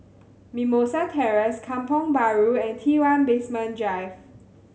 Mimosa Terrace Kampong Bahru and T One Basement Drive